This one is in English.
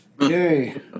Okay